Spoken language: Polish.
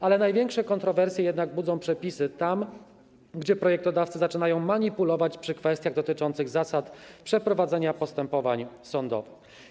Ale największe kontrowersje budzą przepisy tam, gdzie projektodawcy zaczynają manipulować przy kwestiach dotyczących zasad przeprowadzania postępowań sądowych.